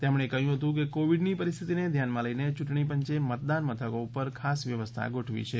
તેમણે કહ્યું હતું કે કોવીડની પરિસ્થિતિને ધ્યાનમાં લઇને ચૂંટણી પંચે મતદાન મથકો ઉપર ખાસ વ્યવસ્થા ગોઠવી છે